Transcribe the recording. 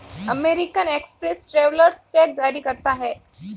American express travellers cheque जारी करता है